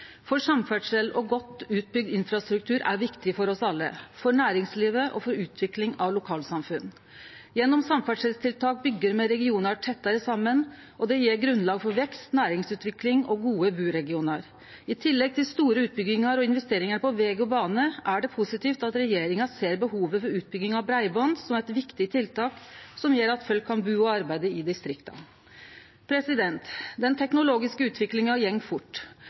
2018–2029. Samferdsel og godt utbygd infrastruktur er viktig for oss alle, for næringslivet og for utvikling av lokalsamfunn. Gjennom samferdselstiltak byggjer me regionar tettare saman, og det gjev grunnlag for vekst, næringsutvikling og gode buregionar. I tillegg til store utbyggingar og investeringar på veg og bane er det positivt at regjeringa ser behovet for utbygging av breiband som eit viktig tiltak som gjer at folk kan bu og arbeide i distrikta. Den teknologiske utviklinga går fort.